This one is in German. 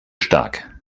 stark